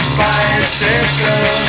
bicycle